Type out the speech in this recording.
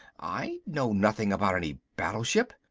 i know nothing about any battleship.